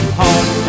home